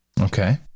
Okay